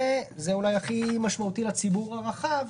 וזה אולי הכי משמעותי לציבור הרחב: